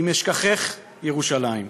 אם אשכחך ירושלים.